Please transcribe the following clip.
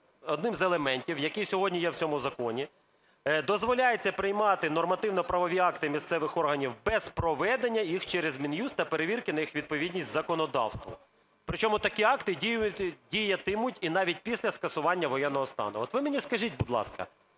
одним з елементів, який сьогодні є в цьому законі, дозволяється приймати нормативно-правові акти місцевих органів без проведення їх через Мін'юст та перевірки на їх відповідність законодавству, причому такі акти діятимуть і навіть після скасування воєнного стану? От ви мені скажіть, будь ласка,